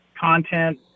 content